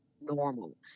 normal